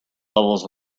levels